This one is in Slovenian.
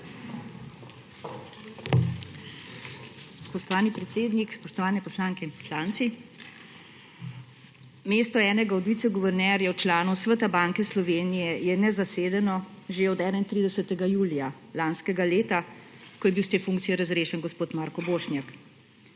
Spoštovani predsednik, spoštovane poslanke in poslanci! Mesto enega od viceguvernerjev, članov Sveta Banke Slovenije je nezasedeno že od 31. julija lanskega leta, ko je bil s te funkcije razrešen gospod Marko Bošnjak.